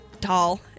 tall